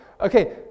Okay